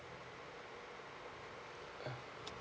uh